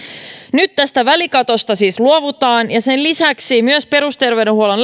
nyt tästä välikatosta siis luovutaan ja sen lisäksi myös perusterveydenhuollon